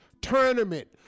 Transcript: tournament